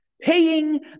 paying